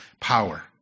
power